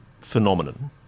Phenomenon